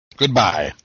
Goodbye